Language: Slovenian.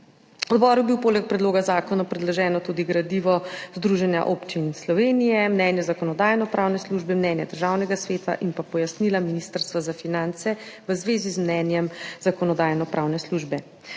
Odboru je bilo poleg predloga zakona predloženo tudi gradivo Združenja občin Slovenije, mnenje Zakonodajno-pravne službe, mnenje Državnega sveta in pojasnila Ministrstva za finance v zvezi z mnenjem Zakonodajno-pravne službe.